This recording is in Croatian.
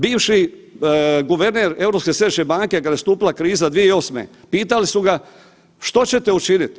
Bivši guverner Europske središnje banke kad je nastupila kriza 2008. pitali su ga što ćete učinit?